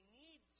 need